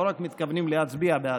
ולא רק מתכוונים להצביע בעדה,